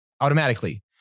automatically